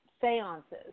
seances